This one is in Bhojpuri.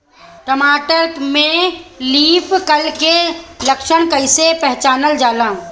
टमाटर में लीफ कल के लक्षण कइसे पहचानल जाला?